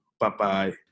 Bye-bye